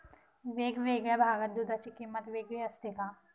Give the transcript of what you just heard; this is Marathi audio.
वेगवेगळ्या भागात दूधाची किंमत वेगळी असते का?